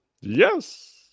Yes